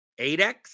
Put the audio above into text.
8X